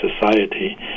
society